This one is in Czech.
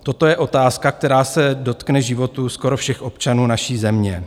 Toto je otázka, která se dotkne životů skoro všech občanů naší země.